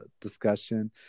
discussion